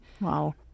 Wow